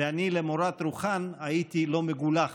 ואני, למורת רוחן, הייתי לא מגולח